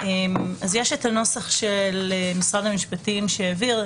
יש את הנוסח שהעביר משרד המשפטים.